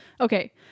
Okay